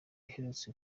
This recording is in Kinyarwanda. iherutse